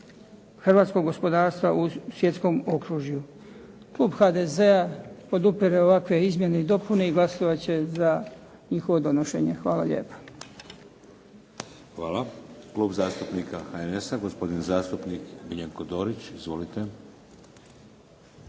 hrvatskog gospodarstva u svjetskom okružju. Klub HDZ-a podupire ovakve izmjene i dopune i glasovat će za njihovo donošenje. Hvala lijepa. **Šeks, Vladimir (HDZ)** Hvala. Klub zastupnika HNS-a gospodin zastupnik Miljenko Dorić. Izvolite.